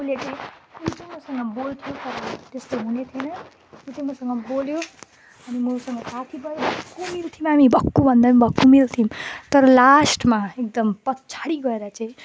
उसले चाहिँ ऊ चाहिँ मसँग बोल्थ्यो त्यस्तो हुने थिएन ऊ चाहिँ मसँग बोल्यो अनि म उसँग साथी भएँ भक्कु मिल्थ्यौँ हामी भक्कुभन्दा भक्कु मिल्थ्यौँ तर लास्टमा एकदम पछाडि गएर चाहिँ